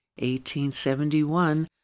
1871